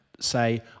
say